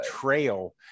trail